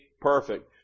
perfect